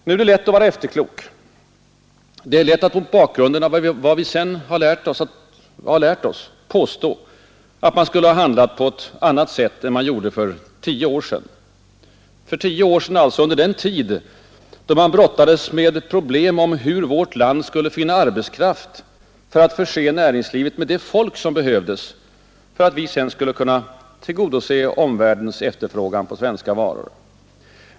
Nu är det lätt att vara efterklok, och det är lätt att mot bakgrunden av senare erfarenheter påstå att man skulle ha handlat på ett annat sätt än man gjorde för tio år sedan, alltså under den tid då man brottades med problem om hur vårt land skulle finna arbetskraft till näringslivet för att kunna tillgodose omvärldens efterfrågan på svenska varor.